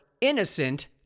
innocent